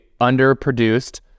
underproduced